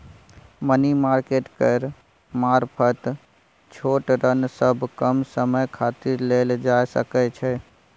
money market केर मारफत छोट ऋण सब कम समय खातिर लेल जा सकइ छै